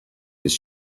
his